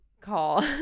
call